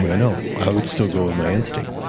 yeah no, i would still go with my instinct.